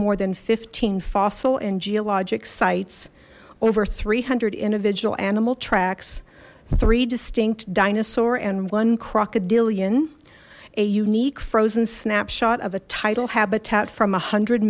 more than fifteen fossil and geologic sites over three hundred individual animal tracks three distinct dinosaur and one crocodilian a unique frozen snapshot of a titel habitat from a hundred